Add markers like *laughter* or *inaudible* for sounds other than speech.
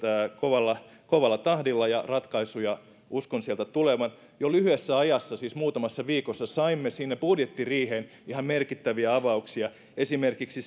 kovalla kovalla tahdilla ja ratkaisuja uskon sieltä tulevan jo lyhyessä ajassa siis muutamassa viikossa saimme sinne budjettiriiheen ihan merkittäviä avauksia esimerkiksi *unintelligible*